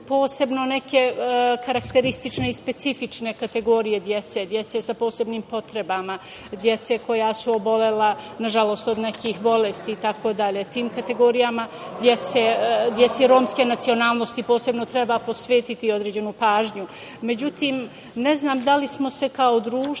posebno neke karakteristične i specifične kategorije dece, dece sa posebnim potrebama, dece koja su obolela nažalost od nekih bolesti itd, tim kategorijama, deci romske nacionalnosti posebno treba posvetiti određenu